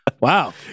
Wow